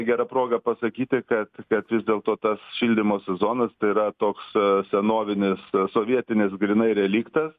gera proga pasakyti kad kad vis dėlto tas šildymo sezonas tai yra toks senovinis sovietinis grynai reliktas